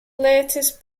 latest